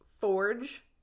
Forge